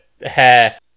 hair